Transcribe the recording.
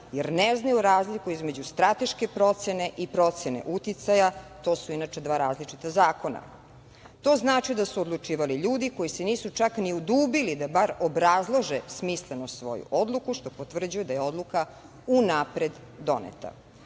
jer ne znaju razliku između strateške procene i procene uticaja, to su inače, dva različita zakona. To znači, da su odlučivali ljudi koji se nisu čak ni udubili da bar obrazlože smisleno svoju odluku, što potvrđuje da je odluka unapred doneta. Pored